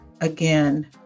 again